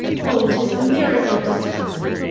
oh, tis a miracle that's happened!